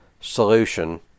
solution